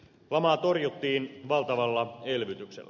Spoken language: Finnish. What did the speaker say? lamaa torjuttiin valtavalla elvytyksellä